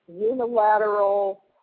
unilateral